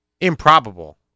Improbable